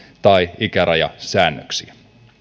tai ikärajasäännöksiä